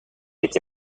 été